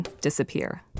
disappear